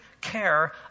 care